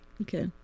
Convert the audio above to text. okay